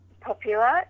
popular